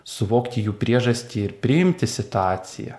suvokti jų priežastį ir priimti situaciją